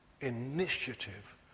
initiative